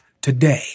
today